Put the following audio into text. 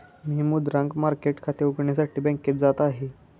मी मुद्रांक मार्केट खाते उघडण्यासाठी बँकेत जात आहे